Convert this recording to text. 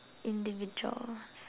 individuals